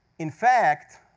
in fact,